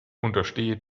unterstehe